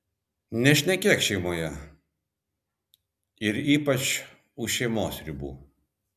nešnekėk šeimoje ir ypač už šeimos ribų